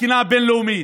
התקינה הבין-לאומית,